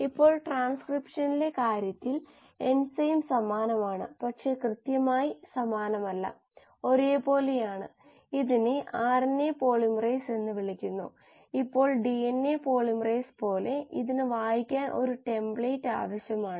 ബയോറിയാക്ടറിലെ ഉൽപന്ന രൂപീകരണ ഭൌതികതയ്ക്കായുള്ള ഒരു മാതൃക ഞങ്ങൾ നോക്കി ല്യൂഡെക്കിംഗ് പൈററ്റ് മോഡൽ